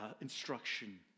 instruction